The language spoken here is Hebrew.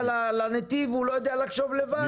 אבל על הנתיב הוא לא יודע לחשוב לבד,